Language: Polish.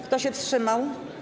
Kto się wstrzymał?